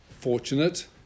fortunate